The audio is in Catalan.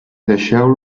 deixeu